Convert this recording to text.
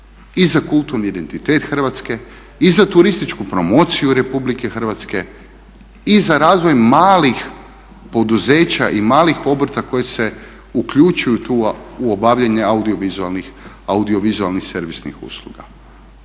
i za kulturni identitet Hrvatske i za turističku promociju Republike Hrvatske i za razvoj malih poduzeća i malih obrta koji se uključuju tu u obavljanje audiovizualnih servisnih usluga.